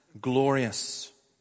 glorious